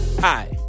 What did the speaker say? Hi